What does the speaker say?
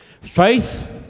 Faith